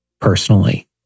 personally